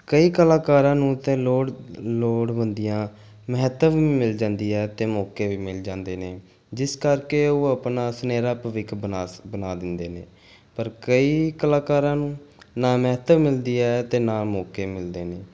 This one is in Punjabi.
ਕਈ ਕਲਾਕਾਰਾਂ ਨੂੰ ਤਾਂ ਲੋੜ ਲੋੜਵੰਦੀਆਂ ਮਹੱਤਵ ਵੀ ਮਿਲ ਜਾਂਦੀ ਹੈ ਅਤੇ ਮੌਕੇ ਵੀ ਮਿਲ ਜਾਂਦੇ ਨੇ ਜਿਸ ਕਰਕੇ ਉਹ ਆਪਣਾ ਸੁਨਹਿਰਾ ਭਵਿੱਖ ਬਣਾ ਸ ਬਣਾ ਦਿੰਦੇ ਨੇ ਪਰ ਕਈ ਕਲਾਕਾਰਾਂ ਨੂੰ ਨਾ ਮਹੱਤਵ ਮਿਲਦੀ ਹੈ ਅਤੇ ਨਾ ਮੌਕੇ ਮਿਲਦੇ ਨੇ